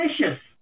delicious